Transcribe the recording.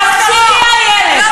תפסיקי, איילת.